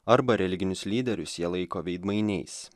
arba religinius lyderius jie laiko veidmainiais